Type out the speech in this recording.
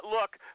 Look